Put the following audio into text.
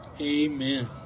Amen